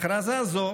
הכרזה זו